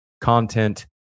content